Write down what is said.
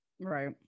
Right